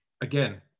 Again